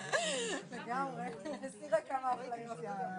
הישיבה ננעלה בשעה